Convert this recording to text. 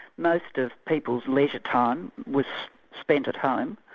most of people's leisure time was spent at home,